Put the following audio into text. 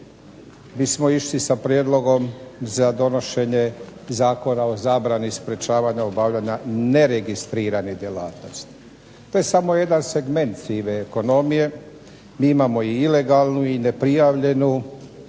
bismo išli sa prijedlogom za donošenje Zakona o zabrani sprečavanja obavljanja neregistriranih djelatnosti. To je samo jedan segment sive ekonomije. Mi imamo i ilegalnu i neprijavljenu